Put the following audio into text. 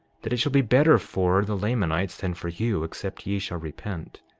that it shall be better for the lamanites than for you except ye shall repent.